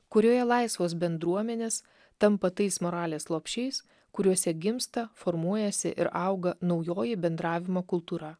kurioje laisvos bendruomenės tampa tais moralės lopšiais kuriuose gimsta formuojasi ir auga naujoji bendravimo kultūra